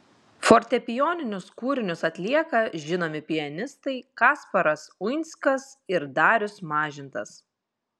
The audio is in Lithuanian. fortepijoninius kūrinius atlieka žinomi pianistai kasparas uinskas ir darius mažintas